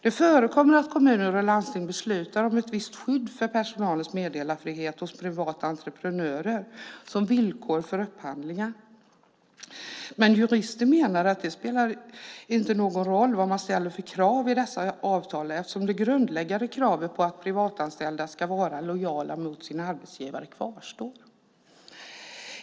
Det förekommer att kommuner och landsting beslutar om ett visst skydd för personalens meddelarfrihet hos privata entreprenörer som villkor för upphandlingar. Men jurister menar att det inte spelar någon roll vad man ställer för krav i dessa avtal eftersom det grundläggande kravet på att privatanställda ska vara lojala mot sin arbetsgivare kvarstår.